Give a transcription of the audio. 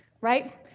Right